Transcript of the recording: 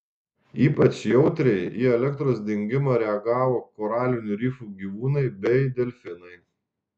ypač jautriai į elektros dingimą reagavo koralinių rifų gyvūnai bei delfinai